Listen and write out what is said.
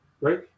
right